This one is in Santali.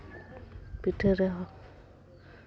ᱯᱤᱴᱷᱟᱹ ᱨᱮᱦᱚᱸ